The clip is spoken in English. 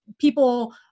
people